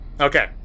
Okay